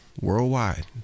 worldwide